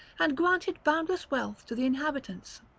and granted boundless wealth to the inhabitants.